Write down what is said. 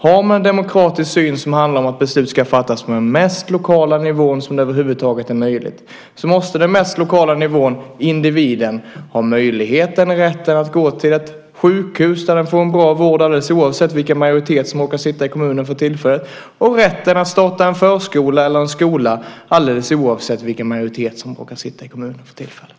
Har man en demokratisk syn som handlar om att beslut ska fattas på den mest lokala nivån som det över huvud taget är möjligt måste den mest lokala nivån, individen, ha möjligheten och rätten att gå till ett sjukhus där individen får en bra vård alldeles oavsett vilken majoritet som råkar sitta i kommunen för tillfället. Det gäller också rätten att starta en förskola eller en skola alldeles oavsett vilken majoritet som råkar sitta i kommunen för tillfället.